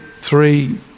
three